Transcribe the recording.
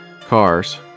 cars